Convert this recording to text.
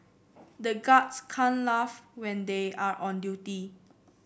the guards can't laugh when they are on duty